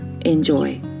Enjoy